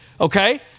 Okay